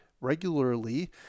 regularly